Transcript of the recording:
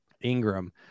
ingram